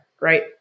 right